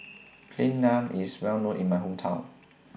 Plain Naan IS Well known in My Hometown